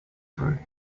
through